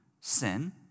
sin